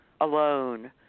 alone